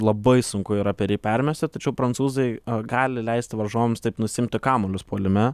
labai sunku yra per jį permesti tačiau prancūzai gali leisti varžovams taip nusiimti kamuolius puolime